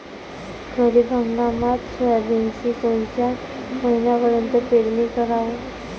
खरीप हंगामात सोयाबीनची कोनच्या महिन्यापर्यंत पेरनी कराव?